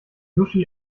sushi